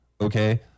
Okay